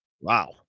Wow